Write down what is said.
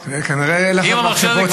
זה כנראה ילך עם המפתחות של האוצר.